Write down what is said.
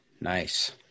Nice